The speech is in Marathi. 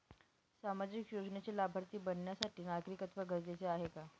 सामाजिक योजनेचे लाभार्थी बनण्यासाठी नागरिकत्व गरजेचे आहे का?